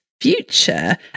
future